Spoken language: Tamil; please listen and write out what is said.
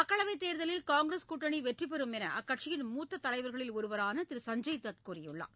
மக்களவைத் தேர்தலில் காங்கிரஸ் கூட்டணி வெற்றி பெறும் என்று அக்கட்சியின் மூத்த தலைவர்களில் ஒருவரான திரு சஞ்சய் தத் கூறியுள்ளார்